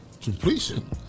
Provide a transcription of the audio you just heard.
Completion